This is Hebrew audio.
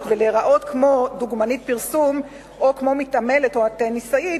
ולהיראות כמו דוגמנית פרסום או כמו מתעמלת או טניסאית,